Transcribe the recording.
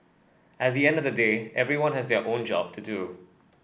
at the end of the day everyone has their own job to do